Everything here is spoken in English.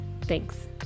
thanks